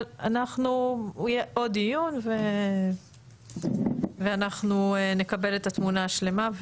אבל יהיה עוד דיון ואנחנו נקבל את התמונה השלמה.